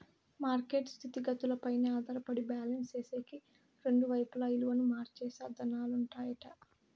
market స్థితిగతులపైనే ఆధారపడి balance సేసేకి రెండు వైపులా ఇలువను మార్చే సాధనాలుంటాయట